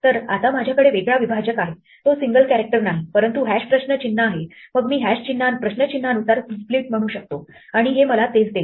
तर आता माझ्याकडे वेगळा विभाजक आहेतो सिंगल कॅरेक्टर नाही परंतु हॅश प्रश्नचिन्ह आहे मग मी हॅश प्रश्नचिन्हानुसार स्प्लिट म्हणू शकतो आणि हे मला तेच देईल